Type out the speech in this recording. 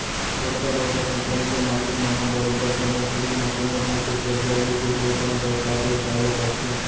बड़का बड़का कंपनी के मालिक मन ह बरोबर समे घड़ी म कोनो ढंग के करजा लेके ही अपन बयपार बेवसाय ल करथे